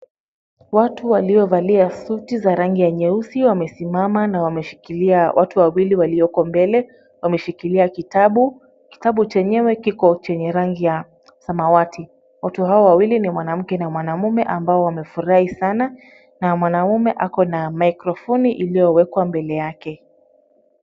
Watu waliovalia suti za rangi ya nyeusi wamesimama na wameshikilia watu wawili walioko mbele. Wameshikilia kitabu. Kitabu chenyewe kiko chenye rangi ya samawati. Watu hawa wawili ni mwanamke na mwanaume ambao wamefurahi sana na mwanaume ako na mikrofoni iliyowekwa mbele yake.